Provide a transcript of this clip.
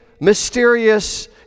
mysterious